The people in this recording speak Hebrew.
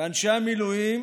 ואנשי המילואים